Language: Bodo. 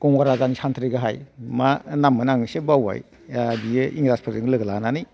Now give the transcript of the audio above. गंगार राजानि सान्थ्रि गाहाय मा नाममोन आं एसे बावबाय आह बियो इंराजफोरजों लोगो लानानै